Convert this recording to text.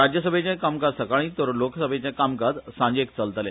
राज्यसभेचे कामकाज सकाळी तर लोकसभेचे कामकाज सांजे चलतले